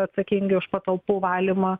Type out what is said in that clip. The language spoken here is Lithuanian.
atsakingi už patalpų valymą